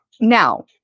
Now